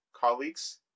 colleagues